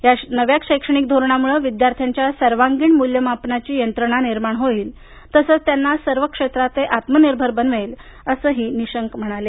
या धोरणामुळे विद्यार्थ्यांच्या सर्वांगीण मुल्यमापनाची यंत्रणा निर्माण होईल आणि त्यांना सर्व क्षेत्रात आत्मनिर्भर बनवेल असंही निशंकम्हणाले